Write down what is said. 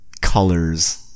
colors